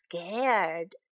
scared